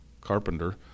carpenter